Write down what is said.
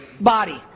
body